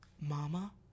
mama